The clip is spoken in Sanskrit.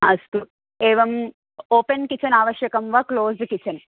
अस्तु एवम् ओपेन् किचन् आवश्यकं वा क्लोज़्ज् किचन्